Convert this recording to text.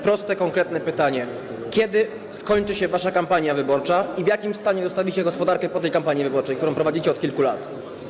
Proste, konkretne pytanie: Kiedy skończy się wasza kampania wyborcza i w jakim stanie zostawicie gospodarkę po tej kampanii wyborczej, którą prowadzicie od kilku lat?